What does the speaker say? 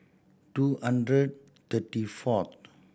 two hundred thirty fourth